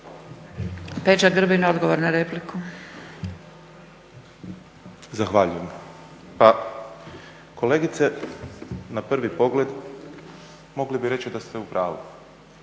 **Grbin, Peđa (SDP)** Zahvaljujem. Pa kolegice, na prvi pogled mogli bi reći da ste u pravu,